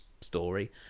story